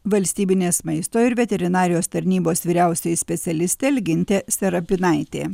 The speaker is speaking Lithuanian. valstybinės maisto ir veterinarijos tarnybos vyriausioji specialistė algintė serapinaitė